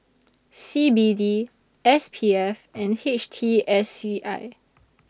C B D S P F and H T S C I